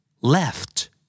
Left